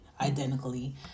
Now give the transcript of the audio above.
identically